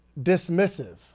dismissive